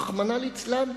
רחמנא ליצלן,